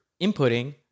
inputting